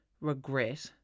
regret